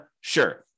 Sure